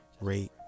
rate